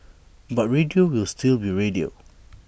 but radio will still be radio